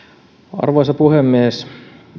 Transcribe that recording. arvoisa puhemies